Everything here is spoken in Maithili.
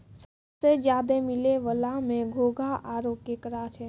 सबसें ज्यादे मिलै वला में घोंघा आरो केकड़ा छै